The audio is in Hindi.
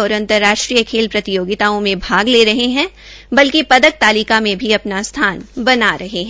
और अंतर्राष्ट्रीय खेल प्रतियोगिता में भाग ले रहे है बल्कि पदक तालिका में भी अपना स्थान बना रहे है